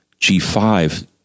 G5